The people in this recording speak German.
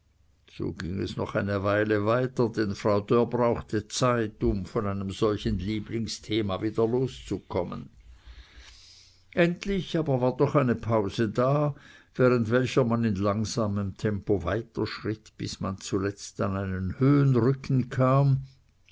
so ging es noch eine weile weiter denn frau dörr brauchte zeit um von einem solchen lieblingsthema wieder loszukommen endlich aber war doch eine pause da während welcher man in langsamem tempo weiterschritt bis man zuletzt an einen höhenrücken kam